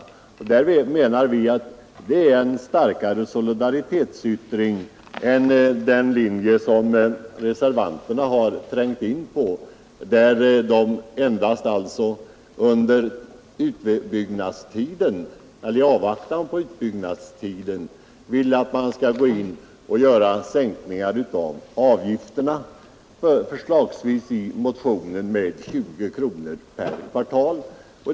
Vi menar att det är en Ang. den lokala och starkare solidaritetsyttring än det vore att följa den linje som reservanterregionala programna gått in på; de vill endast att man i avvaktan på en utbyggnad skall verksamheten inom sänka avgifterna med, som man föreslår i motionen, 20 kronor per Sveriges Radio kvartal.